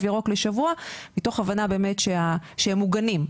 ירוק לשבוע מתוך הבנה באמת שהם מוגנים.